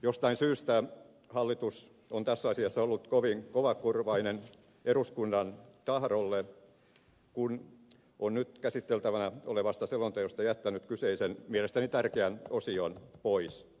jostain syystä hallitus on tässä asiassa ollut kovin kovakorvainen eduskunnan tahdolle kun on nyt käsiteltävänä olevasta selonteosta jättänyt kyseisen mielestäni tärkeän osion pois